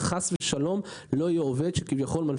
כדי שחס ושלום לא יהיה עובד שמנפיק